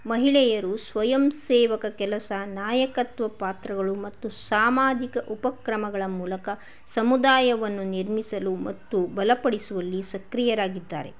ಮಹಿಳೆಯರು ಸ್ವಯಂಸೇವಕ ಕೆಲಸ ನಾಯಕತ್ವ ಪಾತ್ರಗಳು ಮತ್ತು ಸಾಮಾಜಿಕ ಉಪಕ್ರಮಗಳ ಮೂಲಕ ಸಮುದಾಯವನ್ನು ನಿರ್ಮಿಸಲು ಮತ್ತು ಬಲಪಡಿಸುವಲ್ಲಿ ಸಕ್ರಿಯರಾಗಿದ್ದಾರೆ